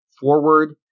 forward